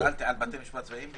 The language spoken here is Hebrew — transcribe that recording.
שאלתי על בתי משפט צבאיים,